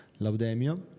Laudemio